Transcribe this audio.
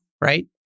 Right